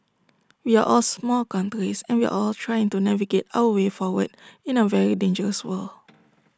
we are all small countries and we are all trying to navigate our way forward in A very dangerous world